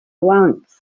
ranks